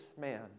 man